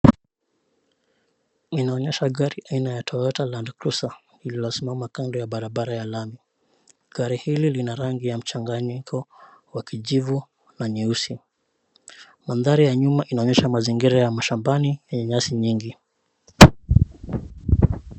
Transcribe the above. Inaonyesha gari aina ya Toyota land cruiser lililosimama kando ya barabara ya lami. Gari hili lina rangi ya mchanganyiko wa kijivu na nyeusi. Mandhari ya nyuma inaonyesha mazingira ya mashambani yenye nyasi nyingi.